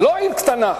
לא עיר קטנה,